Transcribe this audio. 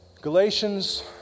Galatians